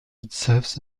itself